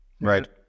right